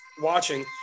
watching